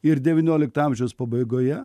ir devyniolikto amžiaus pabaigoje